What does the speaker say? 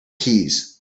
keys